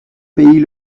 pays